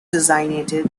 designated